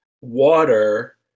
water